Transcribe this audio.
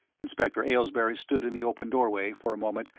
inspector aylesbury stood in the open doorway for a moment,